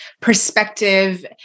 perspective